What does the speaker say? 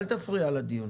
אל תפריע לדיון.